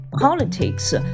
politics